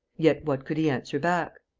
yet what could he answer back?